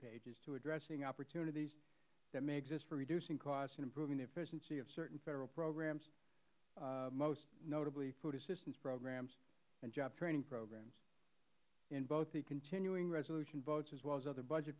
pages to addressing opportunities that may exist for reducing costs and improving efficiencies of certain federal programs most notably food assistance programs and job training programs in both the continuing resolution votes as well as other budget